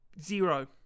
Zero